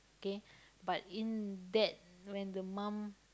K but in that when the mum